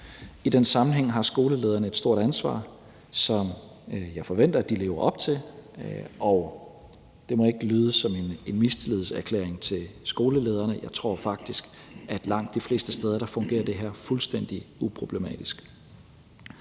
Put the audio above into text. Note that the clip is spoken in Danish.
I den sammenhæng har skolelederne et stort ansvar, som jeg forventer at de lever op til. Og det må ikke lyde som en mistillidserklæring til skolelederne; jeg tror faktisk, at det her langt de fleste steder fungerer fuldstændig uproblematisk.